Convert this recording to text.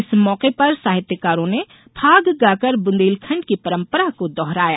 इस मौके पर साहित्यकारों ने फाग गाकर बुंदेलखंड की परंपरा को दोहराया